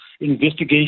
investigation